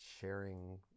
sharing